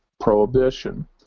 prohibition